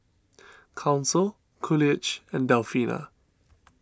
Council Coolidge and Delfina